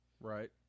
Right